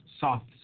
soft